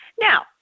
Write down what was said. Now